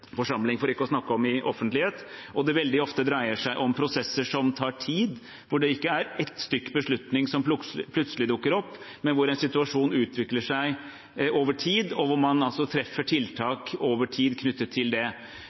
offentlighet – og det veldig ofte dreier seg om prosesser som tar tid, hvor det ikke er ett stykk beslutning som plutselig dukker opp, men hvor en situasjon utvikler seg over tid, og hvor man altså treffer tiltak over tid knyttet til det.